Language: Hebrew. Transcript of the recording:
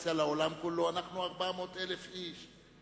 פרובוקציה לעולם כולו, אנחנו 400,000 איש.